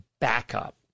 backup